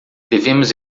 devemos